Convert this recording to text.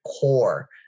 core